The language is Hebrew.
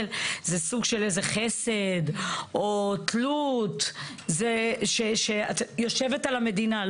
זה סוג של איזה חסד או תלות שיושבת על המדינה.